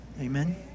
Amen